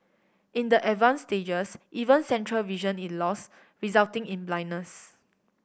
in the advance stages even central vision is lost resulting in blindness